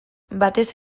batez